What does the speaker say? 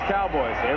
Cowboys